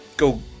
go